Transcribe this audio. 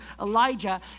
Elijah